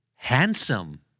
Handsome